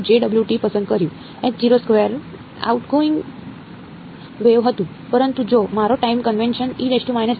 તેથી મેં પસંદ કર્યું આઉટગોઇંગ વેવ હતું પરંતુ જો મારો ટાઇમ કન્વેન્શન છે